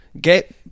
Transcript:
Get